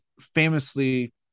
famously